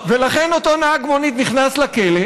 ולכן אותו נהג מונית נכנס לכלא.